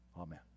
Amen